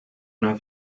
una